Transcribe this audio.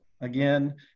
again